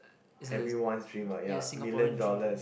it's a it's a Singaporean dream eh